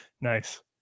nice